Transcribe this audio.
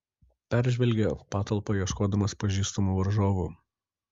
peržvelgė patalpą ieškodamas pažįstamų varžovų